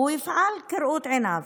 והוא יפעל כראות עיניו.